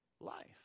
life